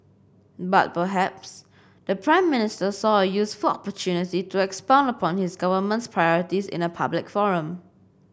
but perhaps the Prime Minister saw a useful opportunity to expound upon his government's priorities in a public forum